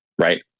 right